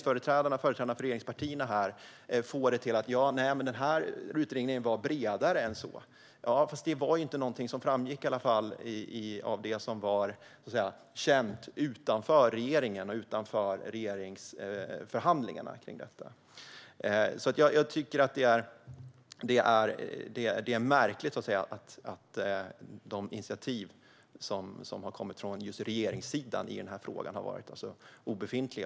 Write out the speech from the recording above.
Företrädarna för regeringspartierna försöker att få det till att denna utredning var bredare än så, men det var ingenting som framgick av det som var känt utanför regeringen och utanför regeringsförhandlingarna. Jag tycker att det är märkligt att de initiativ som har kommit från regeringssidan i den här frågan har varit obefintliga.